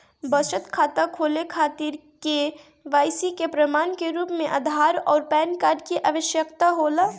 बचत खाता खोले खातिर के.वाइ.सी के प्रमाण के रूप में आधार आउर पैन कार्ड की आवश्यकता होला